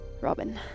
Robin